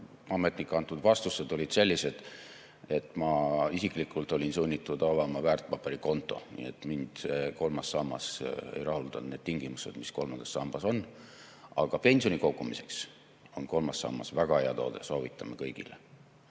ametnike antud vastused olid sellised, et ma olin isiklikult sunnitud avama väärtpaberikonto. Nii et mind kolmas sammas ei rahuldanud, need tingimused, mis kolmandas sambas on. Aga pensioni kogumiseks on kolmas sammas väga hea toode. Soovitame kõigile.